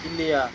ಇಲ್ಲಿಯ